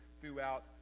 throughout